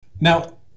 Now